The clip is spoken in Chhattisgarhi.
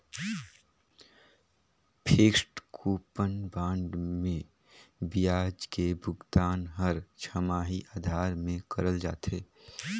फिक्सड कूपन बांड मे बियाज के भुगतान हर छमाही आधार में करल जाथे